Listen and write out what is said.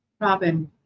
Robin